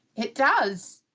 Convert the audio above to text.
it does.